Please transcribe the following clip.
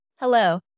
Hello